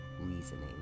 reasoning